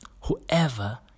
Whoever